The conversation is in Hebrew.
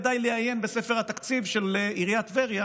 ודי לעיין בספר התקציב של עיריית טבריה